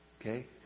okay